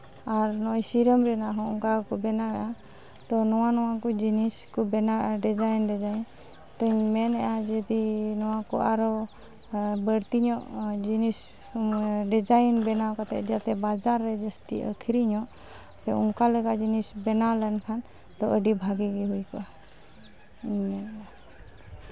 ᱟᱨ ᱱᱚᱜᱼᱚᱭ ᱥᱤᱨᱚᱢ ᱨᱮᱱᱟᱜ ᱦᱚᱸ ᱚᱱᱠᱟ ᱜᱮᱠᱚ ᱵᱮᱱᱟᱣ ᱮᱜᱼᱟ ᱛᱚ ᱱᱚᱣᱟ ᱱᱚᱣᱟ ᱠᱚ ᱡᱤᱱᱤᱥ ᱠᱚ ᱵᱮᱱᱟᱣ ᱮᱜᱼᱟ ᱰᱤᱡᱟᱭᱤᱱ ᱰᱤᱡᱟᱭᱤᱱ ᱛᱚᱧ ᱢᱮᱱ ᱮᱜᱼᱟ ᱡᱚᱫᱤ ᱱᱚᱣᱟ ᱠᱚ ᱟᱨᱚ ᱵᱟᱹᱲᱛᱤ ᱧᱚᱜ ᱡᱤᱱᱤᱥ ᱰᱤᱡᱟᱭᱤᱱ ᱵᱮᱱᱟᱣ ᱠᱟᱛᱮᱫ ᱡᱟᱛᱮ ᱵᱟᱡᱟᱨ ᱨᱮ ᱡᱟᱹᱥᱛᱤ ᱟᱹᱠᱷᱨᱤᱧᱚᱜ ᱚᱱᱠᱟ ᱞᱮᱠᱟ ᱡᱤᱱᱤᱥ ᱵᱮᱱᱟᱣ ᱞᱮᱱᱠᱷᱟᱱ ᱛᱚ ᱟᱹᱰᱤ ᱵᱷᱟᱜᱤ ᱜᱮ ᱦᱳᱭ ᱠᱚᱜᱼᱟ ᱤᱧ ᱢᱮᱱᱫᱟ